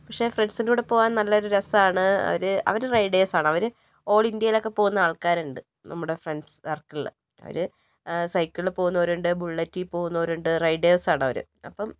പക്ഷേ ഫ്രെണ്ട്സിൻ്റൂടെ പോകാൻ നല്ല ഒരു രസമാണ് അവർ അവർ റയിഡേഴ്സാണ് അവർ ഓൾ ഇന്ത്യയിലൊക്കെ പോകുന്ന ആൾക്കാരുണ്ട് നമ്മുടെ ഫ്രണ്ട്സ് സെർക്കിളിൽ അവർ സൈക്കിളിൽ പോകുന്നവരുണ്ട് ബുള്ളറ്റി പോകുന്നവരുണ്ട് റൈഡേഴ്സാണ് അവർ അപ്പം